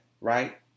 right